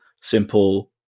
simple